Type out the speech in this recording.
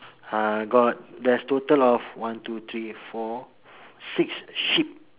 uh got there's total of one two three four six sheep